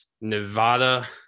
Nevada